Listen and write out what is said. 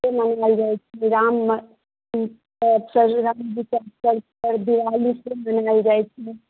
से मानयल जाइ छै राम जीत के अवसर राम जी के अवसर पर दिवाली से मनायल जाइ छै